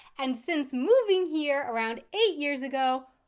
and since moving here around eight years ago,